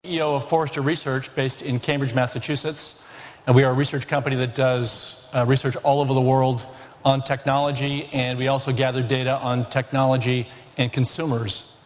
ceo of forrester research based in cambridge, massachusetts and we are a research company that does research all over the world on technology and we also gather data on technology and consumers.